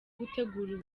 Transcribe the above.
gutegura